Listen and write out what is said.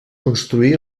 construí